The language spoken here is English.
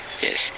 Yes